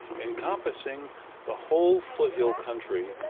encompassing the whole foot-hill country,